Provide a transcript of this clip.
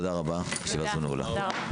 תודה רבה, ישיבה זו נעולה.